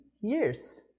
years